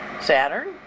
Saturn